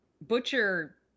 Butcher